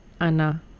Anna